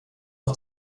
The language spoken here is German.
auf